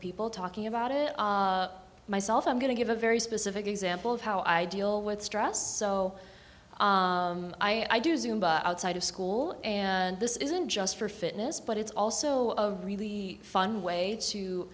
people talking about it myself i'm going to give a very specific example of how i deal with stress so i do outside of school and this isn't just for fitness but it's also a really fun way to